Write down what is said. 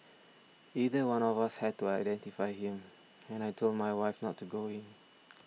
either one of us had to identify him and I told my wife not to go in